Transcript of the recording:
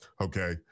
okay